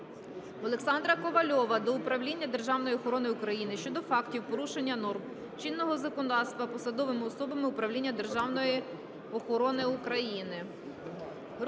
Олександра Ковальова до Управління державної охорони України щодо фактів, порушення норм чинного законодавства, посадовими особами управління державної охорони України.